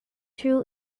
true